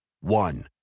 One